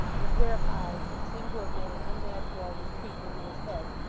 and a pair of eyes that seemed to have made an unnatural retreat into his head,